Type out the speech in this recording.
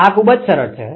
આ ખૂબ જ સરળ છે